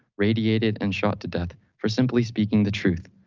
radiated, and shot to death for simply speaking the truth,